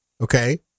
Okay